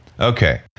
Okay